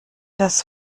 das